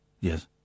Yes